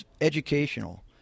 educational